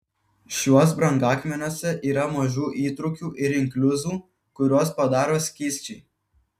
šiuos brangakmeniuose yra mažų įtrūkių ir inkliuzų kuriuos padaro skysčiai